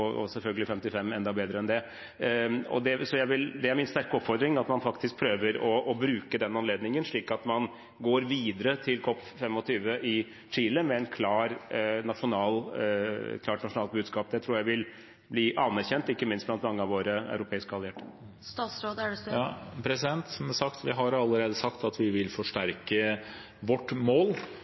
selvfølgelig enda bedre enn det. Så min sterke oppfordring er at man faktisk prøver å bruke den anledningen, slik at man går videre til COP25 i Chile med et klart nasjonalt budskap. Det tror jeg vil bli anerkjent, ikke minst blant mange av våre europeiske allierte. Som sagt: Vi har allerede sagt at vi vil forsterke vårt mål.